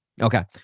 okay